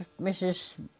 Mrs